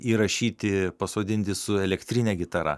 įrašyti pasodinti su elektrine gitara